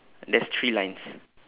there's three lines